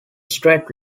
straight